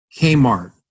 Kmart